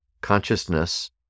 Consciousness